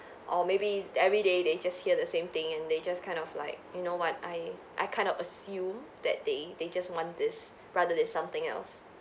or maybe everyday they just hear the same thing and they just kind of like you know what I I kind of assume that they they just want this rather than something else